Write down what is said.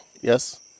Yes